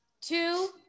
Two